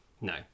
No